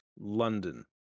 London